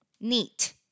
neat